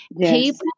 people